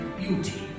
beauty